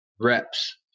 reps